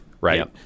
right